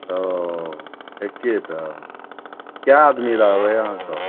ओ एक्के टा कए आदमी रहबै अहाँ सब